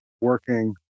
working